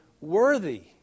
worthy